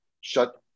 shut